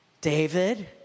David